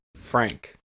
Frank